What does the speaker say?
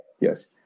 yes